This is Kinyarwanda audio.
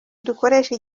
dukoreshe